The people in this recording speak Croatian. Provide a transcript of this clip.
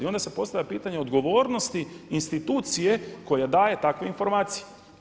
Onda se postavlja pitanje odgovornosti institucije koja daje takve informacije.